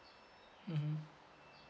mmhmm